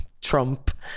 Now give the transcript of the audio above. Trump